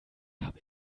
habe